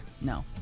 No